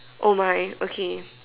oh my okay